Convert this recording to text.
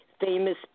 famous